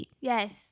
Yes